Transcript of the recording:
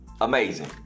Amazing